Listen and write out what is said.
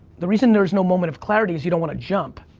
the reason there's no moment of clarity is you don't wanna jump.